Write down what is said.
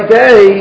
day